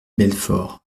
belfort